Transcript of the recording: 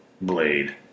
Blade